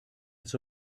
its